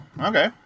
Okay